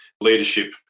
leadership